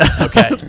Okay